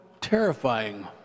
terrifying